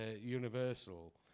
Universal